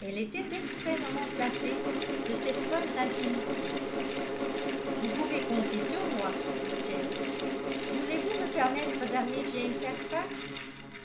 elle était extrêmement flattée de cette preuve d'intimité vous pouvez compter sur moi dit-elle voulez-vous me permettre d'amener jane